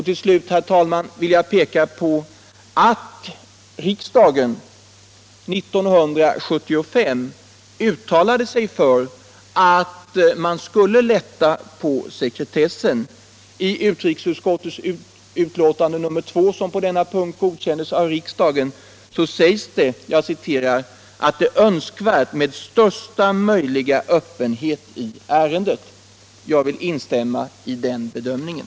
Till slut, herr talman, vill jag peka på att riksdagen år 1975 uttalat sig för att man skulle lätta på sekretessen. Utrikesutskottets betänkande nr 2, som på denna punkt godkändes av riksdagen, framhöll önskvärdheten av ”största möjliga öppenhet i ärendet”. Jag vill instämma i den bedömningen.